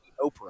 Oprah